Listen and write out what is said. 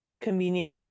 convenient